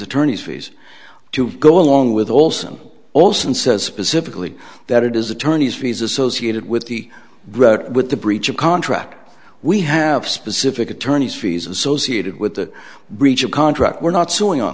attorneys fees to go along with olson olson says pacifically that it is attorneys fees associated with the with the breach of contract we have specific attorney's fees associated with the breach of contract we're not suing on